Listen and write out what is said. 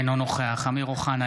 אינו נוכח אמיר אוחנה,